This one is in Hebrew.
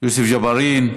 יוסף ג'בארין,